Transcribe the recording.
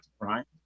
right